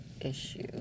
issue